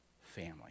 family